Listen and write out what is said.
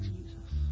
Jesus